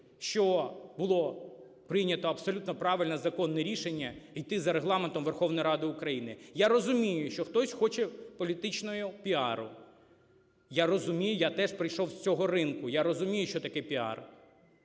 що було прийнято абсолютно правильне законне рішення іти за Регламентом Верховної Ради України. Я розумію, що хтось хоче політичного піару. Я розумію, я теж прийшов з цього ринку. Я розумію, що таке піар.